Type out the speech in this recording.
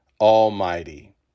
Almighty